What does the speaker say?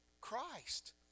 Christ